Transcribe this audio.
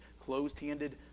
closed-handed